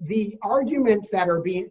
the arguments that are being